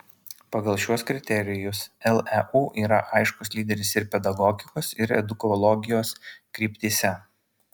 pagal šiuos kriterijus leu yra aiškus lyderis ir pedagogikos ir edukologijos kryptyse